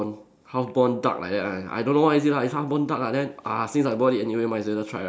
half born duck like that right I don't know what is it lah it's half born duck lah then uh since I've bought it anyway must as well just try right